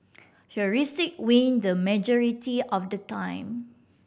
heuristic win the majority of the time